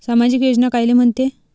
सामाजिक योजना कायले म्हंते?